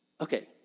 Okay